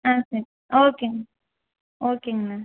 ஆ சரி ஓகேங்கண்ணா ஓகேங்கண்ணா